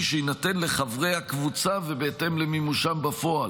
שיינתן לחברי הקבוצה ובהתאם למימושם בפועל.